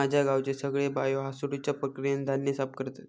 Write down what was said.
माझ्या गावचे सगळे बायो हासडुच्या प्रक्रियेन धान्य साफ करतत